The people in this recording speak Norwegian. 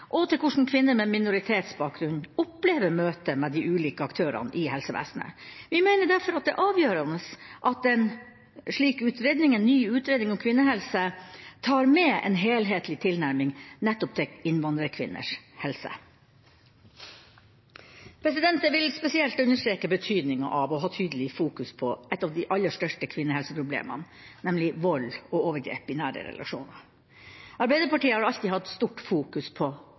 og til hvordan kvinner med minoritetsbakgrunn opplever møtet med de ulike aktørene i helsevesenet. Vi mener derfor at det er avgjørende at en slik utredning om kvinnehelse også tar med en helhetlig tilnærming til innvandrerkvinners helse. Jeg vil spesielt understreke betydninga av å tydelig fokusere på et av de aller største kvinnehelseproblemene, nemlig vold og overgrep i nære relasjoner. Arbeiderpartiet har alltid